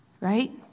Right